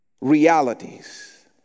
realities